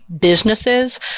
businesses